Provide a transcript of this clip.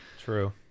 True